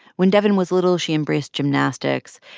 when devyn was little, she embraced gymnastics.